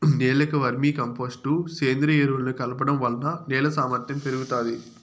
నేలకు vermicompost, సేంద్రీయ ఎరువులను కలపడం వలన నేల సామర్ధ్యం పెరుగుతాది